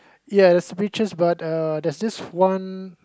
yes which is but uh there's this one